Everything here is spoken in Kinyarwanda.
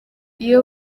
iyo